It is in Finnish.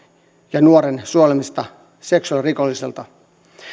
ja nuoren suojelemista seksuaalirikollisilta